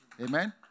Amen